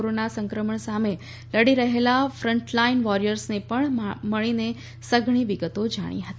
corona સંક્રમણ સામે લડી રહેલા ફ્રન્ટલાઈન વોરિયર્સ ને પણ મળીને સઘળી વિગતો જાણી હતી